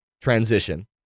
transition